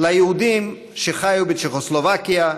ליהודים שחיו בצ'כוסלובקיה,